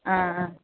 ആ ആ